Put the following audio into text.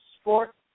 sport